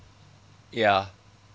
ya